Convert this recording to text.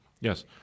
Yes